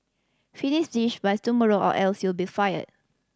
finish this by tomorrow or else you'll be fired